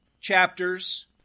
chapters